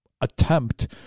attempt